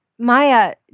Maya